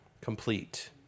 complete